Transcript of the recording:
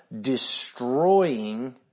destroying